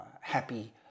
happy